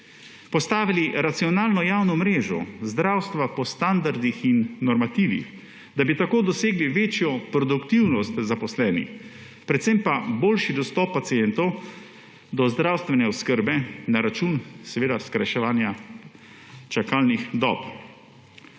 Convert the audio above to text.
postavili racionalno javno mrežo zdravstva po standardih in normativih, da bi tako dosegli večjo produktivnost zaposlenih, predvsem pa boljši dostop pacientov do zdravstvene oskrbe na račun seveda skrajševanja čakalnih dob.